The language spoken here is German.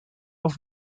auf